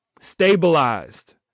stabilized